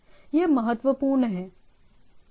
यह महत्वपूर्ण है